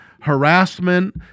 harassment